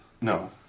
No